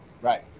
right